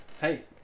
Hey